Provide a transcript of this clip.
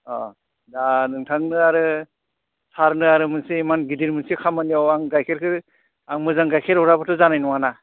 अ दा नोंथांनो आरो सारनो आरो मोनसे इमान गिदिर मोनसे खामानियाव आं गाइखेरखो आं मोजां गाइखेर हराब्लाथ' जानाय नङा ना